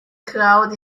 crowd